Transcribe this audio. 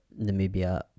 namibia